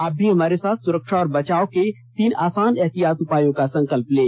आप भी हमारे साथ सुरक्षा और बचाव के तीन आसान एहतियाती उपायों का संकल्प लें